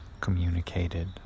communicated